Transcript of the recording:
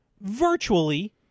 virtually